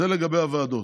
זה לגבי הוועדות,